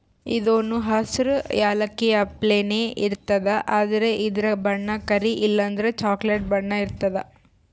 ಇದೂನು ಹಸ್ರ್ ಯಾಲಕ್ಕಿ ಅಪ್ಲೆನೇ ಇರ್ತದ್ ಆದ್ರ ಇದ್ರ್ ಬಣ್ಣ ಕರಿ ಇಲ್ಲಂದ್ರ ಚಾಕ್ಲೆಟ್ ಬಣ್ಣ ಇರ್ತದ್